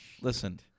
Listen